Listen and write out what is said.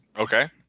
Okay